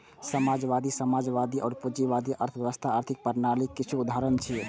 समाजवादी, साम्यवादी आ पूंजीवादी अर्थव्यवस्था आर्थिक प्रणालीक किछु उदाहरण छियै